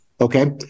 Okay